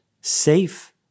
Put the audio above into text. safe